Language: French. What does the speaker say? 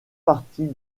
partie